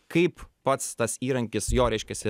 kaip pats tas įrankis jo reiškiasi